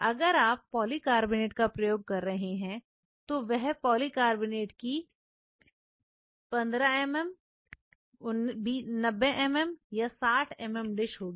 अगर आप पॉलीकार्बोनेट का प्रयोग कर रहे हैं तो वह पॉलीकार्बोनेट की 15 एमएम 90 एमएम या 60 एमएम डिश होंगी